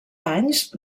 anys